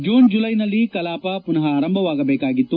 June July ನಲ್ಲಿ ಕಲಾಪ ಮನಃ ಆರಂಭವಾಗಬೇಕಾಗಿತ್ತು